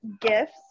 gifts